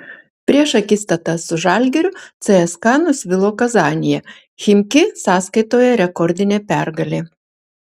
prieš akistatą su žalgiriu cska nusvilo kazanėje chimki sąskaitoje rekordinė pergalė